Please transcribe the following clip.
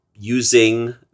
using